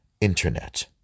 internet